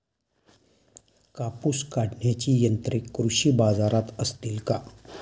कापूस काढण्याची यंत्रे कृषी बाजारात असतील का?